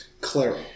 Clara